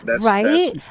Right